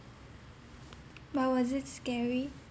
but was it scary